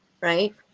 right